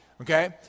Okay